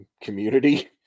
community